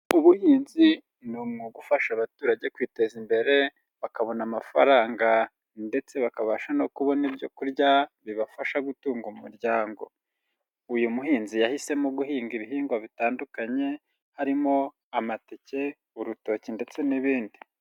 Ubuhinzi ni umwuga ufasha abaturage kwiteza imbere bakabona amafaranga ndetse bakabasha no kubona ibyo kurya bibafasha gutunga umuryango, uyu muhinzi yahisemo guhinga ibihingwa bitandukanye harimo amateke, urutoki ndetse n'ibindi.